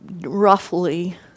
roughly